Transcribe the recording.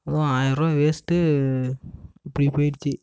அதுவும் ஆயிரம் ரூபா வேஸ்ட்டு இப்படி போயிடுச்சு